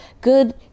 good